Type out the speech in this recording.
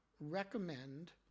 recommend